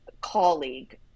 colleague